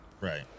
Right